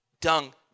dung